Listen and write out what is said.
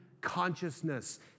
consciousness